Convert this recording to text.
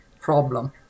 problem